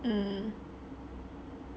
mm